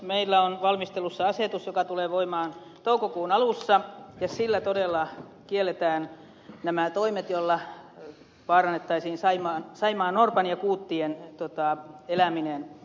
meillä on valmistelussa asetus joka tulee voimaan toukokuun alussa ja sillä todella kielletään nämä toimet joilla vaarannettaisiin saimaannorpan ja kuuttien eläminen